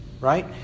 Right